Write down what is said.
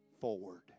forward